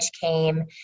came